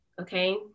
okay